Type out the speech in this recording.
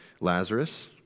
Lazarus